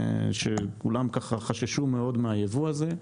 שכולם ככה חששו מאוד מהייבוא הזה.